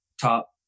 top